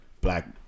Black